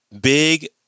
Big